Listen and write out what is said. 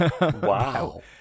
Wow